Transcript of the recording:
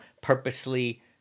purposely